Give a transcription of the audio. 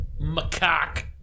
macaque